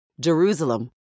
Jerusalem